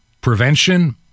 prevention